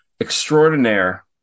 Extraordinaire